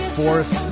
fourth